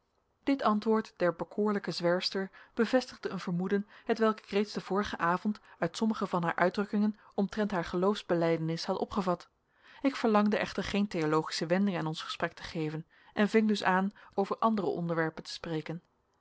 dit antwoord der bekoorlijke zwerfster bevestigde een vermoeden hetwelk ik reeds den vorigen avond uit sommige van haar uitdrukkingen omtrent haar geloofsbelijdenis had opgevat ik verlangde echter geen theologische wending aan ons gesprek te geven en ving dus aan over andere onderwerpen te spreken